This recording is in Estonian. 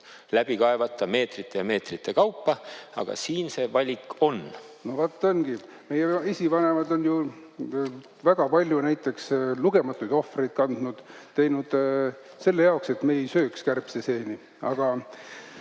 läbi kaevata meetrite ja meetrite kaupa, aga siin see valik on. No vot, ongi, meie esivanemad on ju väga palju näiteks lugematuid ohvreid kandnud, teinud seda selle jaoks, et me ei sööks kärbseseeni, aga